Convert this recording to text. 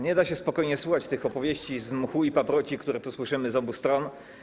Nie da się spokojnie słuchać tych opowieści z mchu i paproci, które tu słyszymy z obu stron.